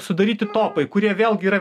sudaryti topai kurie vėlgi yra